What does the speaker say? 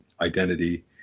identity